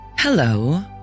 Hello